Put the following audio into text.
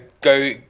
go